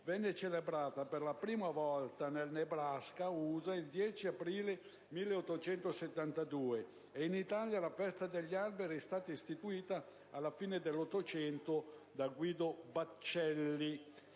venne celebrato per la prima volta in Nebraska (USA) il 10 aprile 1872 e in Italia la «Festa degli alberi» è stata istituita alla fine dell'Ottocento da Guido Baccelli